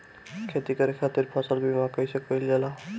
खेती करे के खातीर फसल बीमा कईसे कइल जाए?